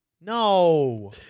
No